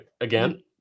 again